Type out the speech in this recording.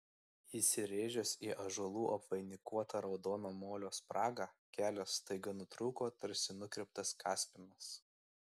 įsirėžęs į ąžuolų apvainikuotą raudono molio spragą kelias staiga nutrūko tarsi nukirptas kaspinas